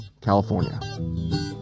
California